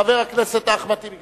חבר הכנסת אחמד טיבי.